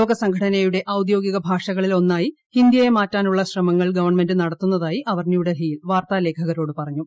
ലോകസംഘടനയുടെ ഔദ്യോഗിക ഭാഷകളിൽ ഒന്നായി ഹിന്ദിയെ മാറ്റാനുള്ള ശ്രമങ്ങൾ ഗവൺമെന്റ് നടത്തുന്നതായി അവർ ന്യൂഡൽഹിയിൽ വാർത്താലേഖകരോട് പറഞ്ഞു